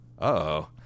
uh-oh